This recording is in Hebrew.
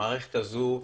המערכת הזו,